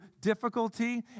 difficulty